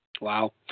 Wow